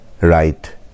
right